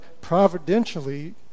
providentially